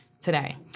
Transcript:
today